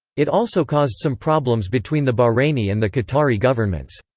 it also caused some problems between the bahraini and the qatari governments.